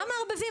מה מערבבים?